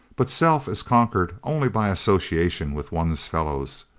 but self is conquered only by association with one's fellows.